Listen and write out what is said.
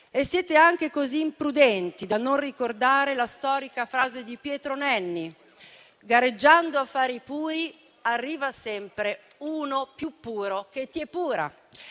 E siete anche così imprudenti da non ricordare la storica frase di Pietro Nenni, per cui, gareggiando a fare i puri, arriva sempre uno più puro che ti epura.